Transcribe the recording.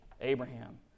Abraham